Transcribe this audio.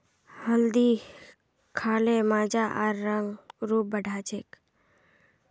हल्दी खा ल मजा आर रंग रूप बढ़ा छेक